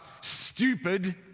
stupid